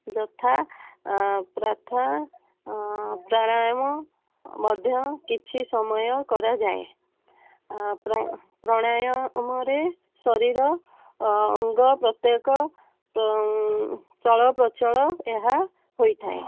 ଯଥା ପ୍ରଥା ପ୍ରାଣାୟାମ ମଧ୍ୟ କିଛି ସମୟ କରାଯାଏ ପ୍ରାଣାୟମରେ ଶରୀର ଅଙ୍ଗ ପ୍ରତ୍ୟେକ ଚଳପ୍ରଚଳ ଏହା ହୋଇଥାଏ